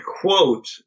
quote